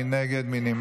מי נגד?